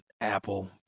Apple